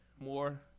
more